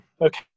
okay